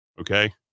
okay